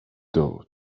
though